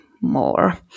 more